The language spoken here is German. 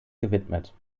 gewidmet